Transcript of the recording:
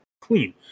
Clean